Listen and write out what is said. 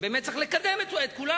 שבאמת צריך לקדם את כולם.